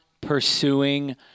pursuing